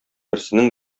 берсенең